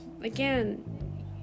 Again